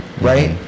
right